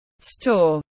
Store